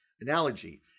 analogy